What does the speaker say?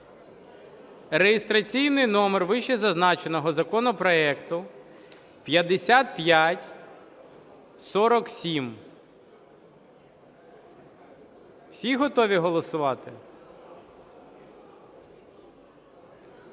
(реєстраційний номер вищезазначеного законопроекту 5547). Всі готові голосувати?